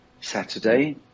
Saturday